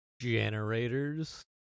Generators